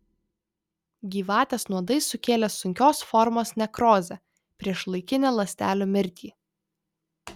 gyvatės nuodai sukėlė sunkios formos nekrozę priešlaikinę ląstelių mirtį